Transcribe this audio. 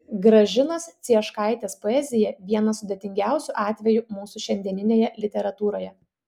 gražinos cieškaitės poezija vienas sudėtingiausių atvejų mūsų šiandieninėje literatūroje